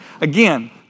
again